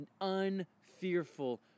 unfearful